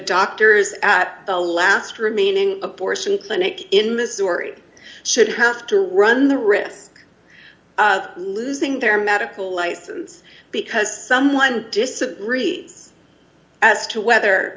doctors at the last remaining abortion clinic in missouri should have to run the risk losing their medical license because someone disagrees as to whether